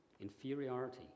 inferiority